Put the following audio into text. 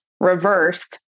Reversed